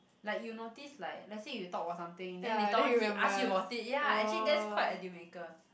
like you notice like let's say you talk about something then later on he ask you about it ya actually that's quite a deal maker